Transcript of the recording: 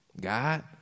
God